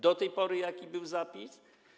Do tej pory jaki był zapis?